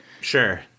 Sure